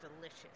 delicious